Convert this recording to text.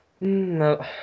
No